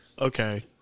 Okay